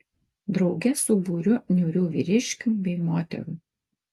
drauge su būriu niūrių vyriškių bei moterų